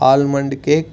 almond cake